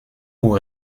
pour